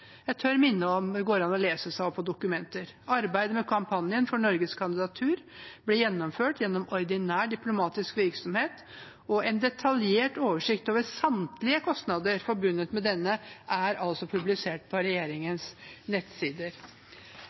Jeg tør minne om at det går an å lese seg opp på dokumenter. Arbeidet med kampanjen for Norges kandidatur ble gjennomført gjennom ordinær diplomatisk virksomhet, og en detaljert oversikt over samtlige kostnader forbundet med denne er publisert på regjeringens nettsider.